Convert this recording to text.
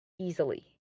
easily